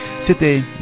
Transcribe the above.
C'était